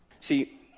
See